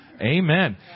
amen